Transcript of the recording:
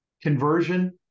conversion